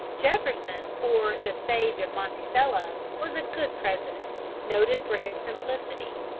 jefferson, or the sage of monticello, was a good president, noted for his simplicity.